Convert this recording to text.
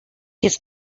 his